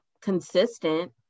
consistent